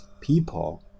people